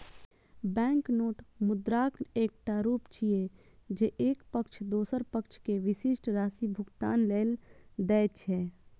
banknote मुद्राक एकटा रूप छियै, जे एक पक्ष दोसर पक्ष कें विशिष्ट राशि भुगतान लेल दै छै